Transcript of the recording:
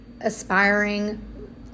aspiring